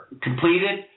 completed